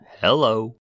Hello